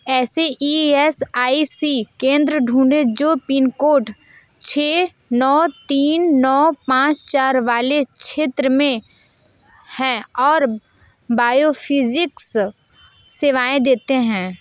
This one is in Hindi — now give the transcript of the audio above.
ऐसे ई एस आई सी केंद्र ढूँढें जो पिनकोड छ नौ तीन नौ पाँच चार वाले क्षेत्र में हैं और बायोफ़िज़िक्स सेवाएँ देते हैं